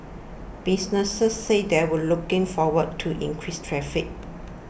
businesses said they were looking forward to increased traffic